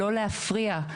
לא להפריע,